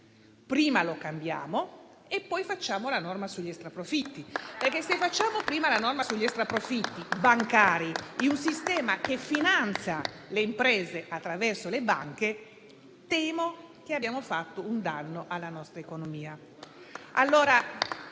prima lo cambiamo e poi facciamo la norma sugli extraprofitti. Se facciamo prima la norma sugli extraprofitti bancari in un sistema che finanzia le imprese attraverso le banche, temo che abbiamo fatto un danno alla nostra economia.